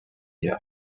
their